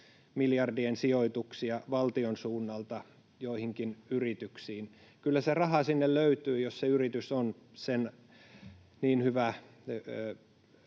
miljardien sijoituksia valtion suunnalta joihinkin yrityksiin. Kyllä se raha sinne löytyy, jos se yritys on niin hyvä,